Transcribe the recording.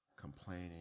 complaining